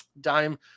dime